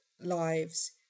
lives